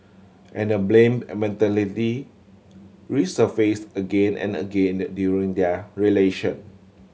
and the blame a mentality resurface again and again during their relation